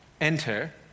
enter